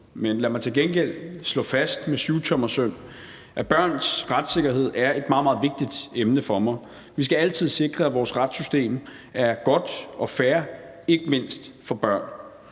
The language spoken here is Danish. Men lad mig til gengæld slå fast med syvtommersøm, at børns retssikkerhed er et meget, meget vigtigt emne for mig. Vi skal altid sikre, at vores retssystem er godt og fair, ikke mindst for børn.